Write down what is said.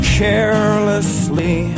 carelessly